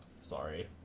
Sorry